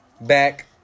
back